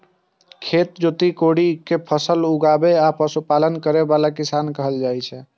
खेत जोति कोड़ि कें फसल उगाबै आ पशुपालन करै बला कें किसान कहल जाइ छै